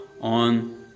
on